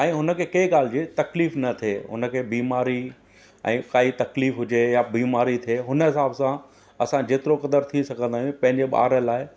ऐं हुन खे कंहिं ॻाल्हि जी तकलीफ़ु न थिए उन खे बीमारी ऐं काई तकलीफ़ु हुजे या बीमारी थिए हुन हिसाब सां असां जेतिरो क़दरु थी सघंदा आहियूं पंहिंजे ॿार लाइ